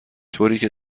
طوریکه